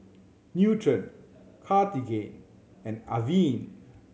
Nutren Cartigain and Avene